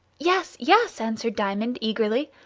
yes, yes, answered diamond, eagerly.